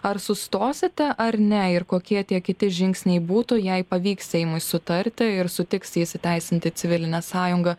ar sustosite ar ne ir kokie tie kiti žingsniai būtų jei pavyks seimui sutarti ir sutiks jis įteisinti civilinę sąjungą